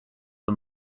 the